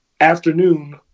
afternoon